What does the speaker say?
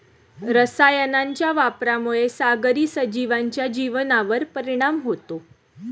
रसायनांच्या वापरामुळे सागरी सजीवांच्या जीवनावर परिणाम होतो